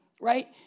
right